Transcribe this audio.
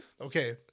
Okay